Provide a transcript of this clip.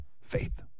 Faith